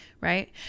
Right